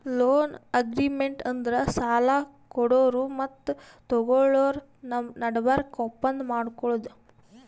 loan agreement ಅಂದ್ರ ಸಾಲ ಕೊಡೋರು ಮತ್ತ್ ತಗೋಳೋರ್ ನಡಬರ್ಕ್ ಒಪ್ಪಂದ್ ಮಾಡ್ಕೊಳದು